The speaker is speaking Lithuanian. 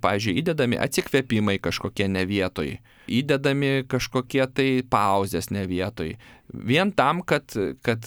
pavyzdžiui įdedami atsikvėpimai kažkokie ne vietoj įdedami kažkokie tai pauzės ne vietoj vien tam kad kad